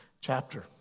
chapter